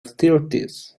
thirties